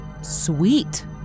sweet